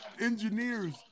engineers